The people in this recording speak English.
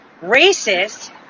Racist